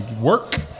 work